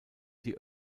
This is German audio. die